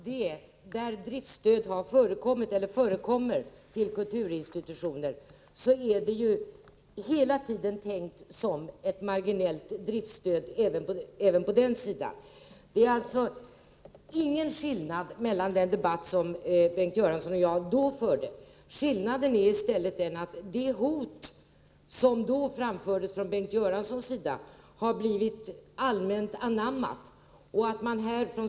Herr talman! I de fall där driftstöd till kulturinstitutioner förekommer, är det hela tiden tänkt såsom ett marginellt stöd. Det finns alltså ingen skillnad mellan den debatt som Bengt Göransson och jag då förde och den debatt som vi för i dag. Skillnaden är i stället att det hot som den gången framfördes av Bengt Göransson nu har blivit allmänt anammat.